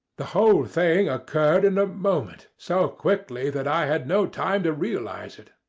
the whole thing occurred in a moment so quickly that i had no time to realize it.